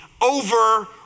over